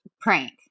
prank